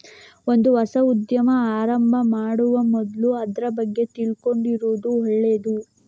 ಒಂದು ಹೊಸ ಉದ್ಯಮ ಆರಂಭ ಮಾಡುವ ಮೊದ್ಲು ಅದ್ರ ಬಗ್ಗೆ ತಿಳ್ಕೊಂಡಿರುದು ಒಳ್ಳೇದು